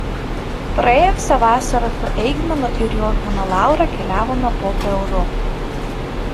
praėjusią vasarą su eigminu ir jo žmona laura keliavome po peru